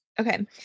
Okay